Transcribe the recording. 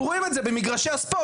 אני רק אגיד משהו אישי,